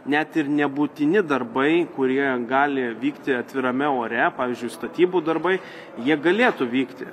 net ir nebūtini darbai kurie gali vykti atvirame ore pavyzdžiui statybų darbai jie galėtų vykti